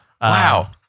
Wow